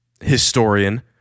historian